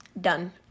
done